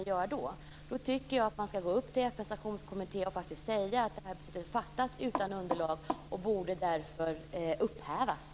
Då tycker jag faktiskt att man ska gå upp till FN:s sanktionskommitté och säga att det här beslutet är fattat utan underlag och borde därför upphävas.